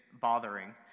bothering